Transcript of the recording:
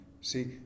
See